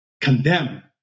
condemn